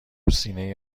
سینه